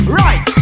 right